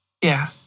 Yeah